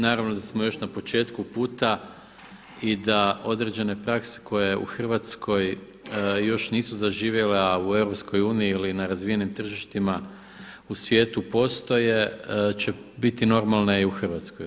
Naravno da smo još na početku puta i da određene prakse koje u Hrvatskoj još nisu zaživjele, a u EU ili nerazvijenim tržištima u svijetu postoje će biti normalne i u Hrvatskoj.